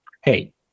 Hey